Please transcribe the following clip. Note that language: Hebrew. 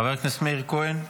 חבר הכנסת מאיר כהן,